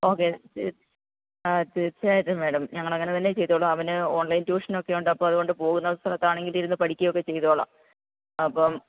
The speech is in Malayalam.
ഓക്കെ ശരി ആ തീർച്ചയായിട്ടും മേഡം ഞങ്ങളങ്ങനെ തന്നെ ചെയ്തോളാം അവന് ഓൺലൈൻ ട്യൂഷനൊക്കെ ഉണ്ട് അപ്പോള് അതുകൊണ്ട് പോവുന്ന സ്ഥലത്താണെങ്കിലും ഇരുന്ന് പഠിക്കുകയൊക്കെ ചെയ്തോളാം